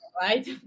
right